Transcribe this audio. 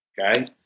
Okay